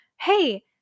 hey